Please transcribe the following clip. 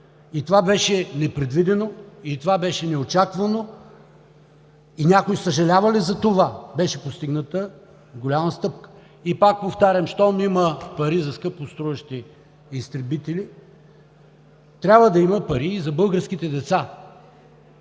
И това беше непредвидено, и това беше неочаквано. Някой съжалява ли за това? Беше постигната голяма стъпка. Пак повтарям, щом има пари за скъпоструващи изтребители, трябва да има пари и за българските деца.